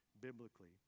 biblically